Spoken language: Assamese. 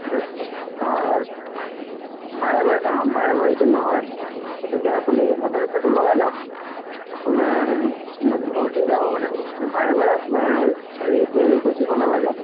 হেভেলছ অঁ বাৰে বাৰে অঁ বাৰে বাৰেতো নহয় গতিকে আপুনি হেভেলছৰটো লগাই লওক আপোনাৰ বহুত দিন যাব মানে কৈছোঁ নহয় বাৰে বাৰে আপোনাৰ হেৰি ৰিপেয়েৰিঙো কৰি থাকিব নেলাগে